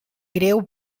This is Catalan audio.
greu